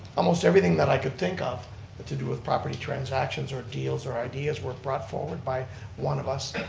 almost everything that i could think of but to do with property transactions, or deals, or ideas, were brought forward by one of us,